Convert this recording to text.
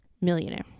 millionaire